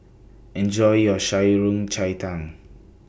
Enjoy your Shan Rui Cai Tang